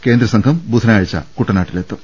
കേന്ദ്രസംഘം ബുധ നാഴ്ച കുട്ടനാട്ടിലെത്തും